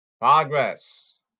Progress